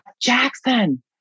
Jackson